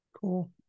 Cool